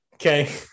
Okay